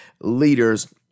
leaders